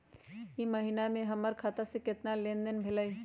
ई महीना में हमर खाता से केतना लेनदेन भेलइ?